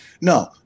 no